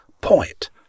point